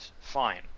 fine